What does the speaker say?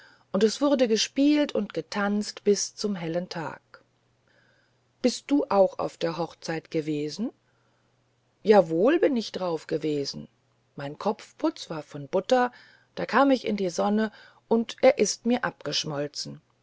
und es wurde gespielt und getanzt bis zum hellen tag bist du auch auf der hochzeit gewesen ja wohl bin drauf gewesen mein kopfputz war von butter da kam ich in die sonne und er ist mir abgeschmolzen